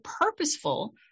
purposeful